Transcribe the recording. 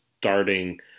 starting